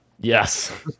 yes